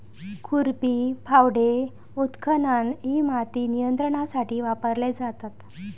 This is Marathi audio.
खुरपी, फावडे, उत्खनन इ माती नियंत्रणासाठी वापरले जातात